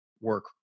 work